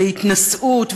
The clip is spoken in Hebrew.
להתנשאות,